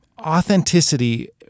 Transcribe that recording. authenticity